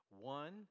One